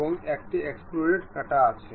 এখন একটি এক্সট্রুডেড কাটা আছে